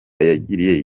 yagiriye